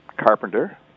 Carpenter